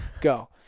Go